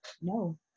no